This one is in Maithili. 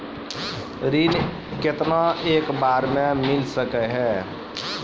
ऋण केतना एक बार मैं मिल सके हेय?